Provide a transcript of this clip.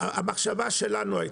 המחשבה שלנו,